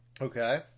okay